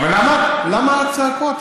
אבל למה הצעקות?